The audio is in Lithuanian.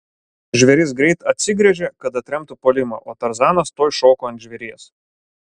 žvėris greit atsigręžė kad atremtų puolimą o tarzanas tuoj šoko ant žvėries